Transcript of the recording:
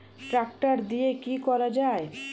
Tractor দিয়ে কি করা যায়?